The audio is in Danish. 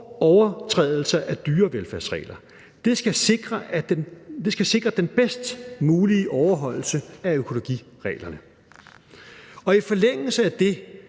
overtrædelse af dyrevelfærdsregler. Det skal sikre den bedst mulige overholdelse af økologireglerne. I forlængelse af det